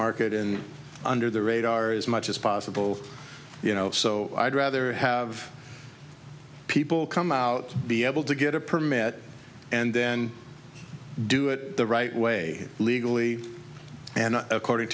market in under the radar as much as possible you know so i'd rather have people come out be able to get a permit and then do it the right way legally and according